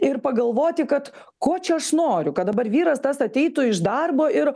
ir pagalvoti kad ko čia aš noriu kad dabar vyras tas ateitų iš darbo ir